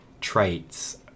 traits